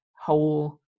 whole